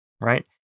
right